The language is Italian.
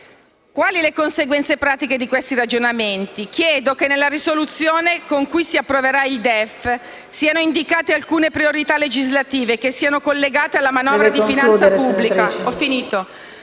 Quali sono le conseguenze pratiche di questi ragionamenti? Chiedo che nella risoluzione con cui si approverà il DEF siano indicate alcuna priorità legislative e che siano collegate alla manovra di finanza pubblica: